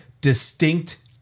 distinct